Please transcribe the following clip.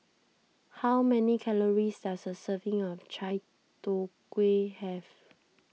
how many calories does a serving of Chai Tow Kway have